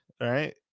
right